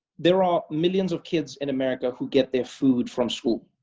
there are millions of kids in america who get their food from school.